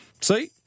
See